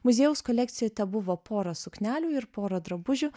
muziejaus kolekcijoj tebuvo pora suknelių ir pora drabužių